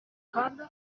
kanda